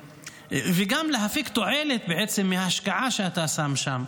וגם להפיק תועלת מההשקעה שאתה שַׂם שָׁם.